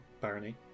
barony